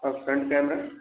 और front camera